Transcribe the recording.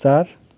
चार